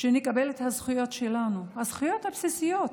שנקבל את הזכויות שלנו, הזכויות הבסיסיות.